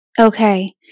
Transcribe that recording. Okay